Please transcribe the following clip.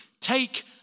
take